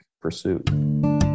pursuit